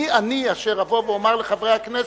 מי אני אשר אבוא ואומר לחברי הכנסת,